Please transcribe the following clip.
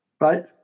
Right